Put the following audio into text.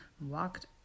walked